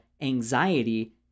anxiety